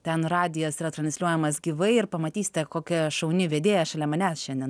ten radijas yra transliuojamas gyvai ir pamatysite kokia šauni vedėja šalia manęs šiandien